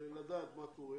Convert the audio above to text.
לדעת מה קורה